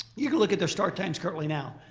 you can look at their start times currently now.